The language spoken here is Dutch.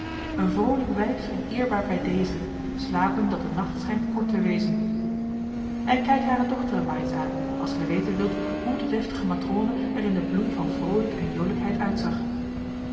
een vrolijck wijf en eerbaer bij desen slapen dat de nacht schijnt kort te wesen en kijk hare dochteren maar eens aan als gij weten wilt hoe de deftige matrone er in den bloei van vrolijk en jolijkheid uitzag